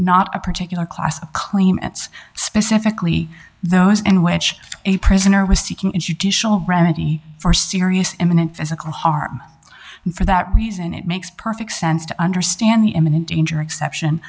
not a particular class of claim it's specifically those and which a prisoner was seeking in judicial remedy for serious imminent physical harm and for that reason it makes perfect sense to understand the imminent danger exception